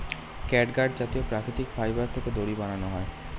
catgut জাতীয় প্রাকৃতিক fibre থেকে দড়ি বানানো হয়